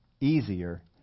easier